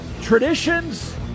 traditions